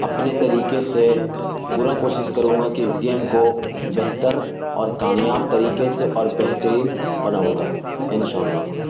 اپنے طریقے سے پورا کوشش کروں گا کہ اس گیم کو بہتر اور کامیاب طریقے سے اور بہترین بناؤں گا انشاء اللہ